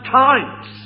times